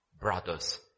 brother's